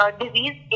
disease